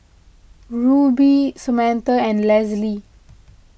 Rubye Samantha and Lesli